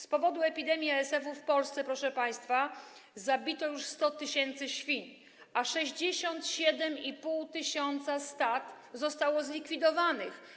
Z powodu epidemii ASF w Polsce, proszę państwa, zabito już 100 tys. świń, a 67,5 tys. stad zostało zlikwidowanych.